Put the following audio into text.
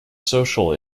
social